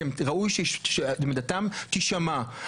כי ראוי שעמדתם תישמע.